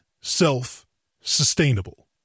self-sustainable